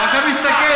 אתה עכשיו מסתכן.